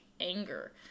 anger